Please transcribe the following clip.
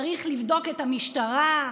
צריך לבדוק את המשטרה,